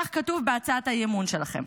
כך כתוב בהצעת האי-אמון שלכם.